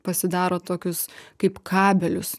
pasidaro tokius kaip kabelius